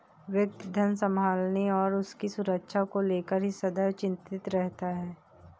व्यक्ति धन संभालने और उसकी सुरक्षा को लेकर ही सदैव चिंतित रहता है